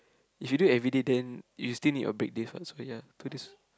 if you do it everyday then you still need your break days what so ya two days